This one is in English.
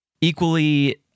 equally